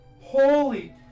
holy